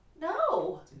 No